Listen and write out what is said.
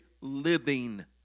living